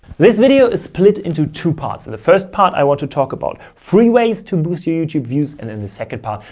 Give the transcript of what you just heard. this video is split into two parts of the first part. i want to talk about free ways to boost your youtube views. and in the second part,